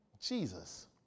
Jesus